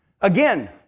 Again